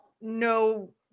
no